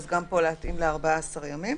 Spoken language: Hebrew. אז גם פה להתאים ל-14 ימים.